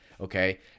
okay